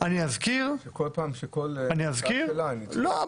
שכל פעם ש- -- לא,